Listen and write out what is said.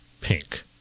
Pink